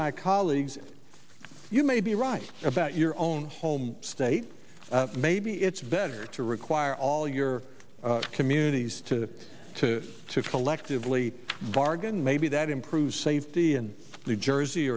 my colleagues you may be right about your own home state maybe it's better to require all your communities to to collectively bargain maybe that improves safety and new jersey